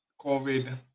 COVID